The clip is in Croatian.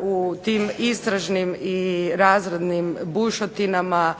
u tim istražnim i razradnim bušotinama